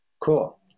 Cool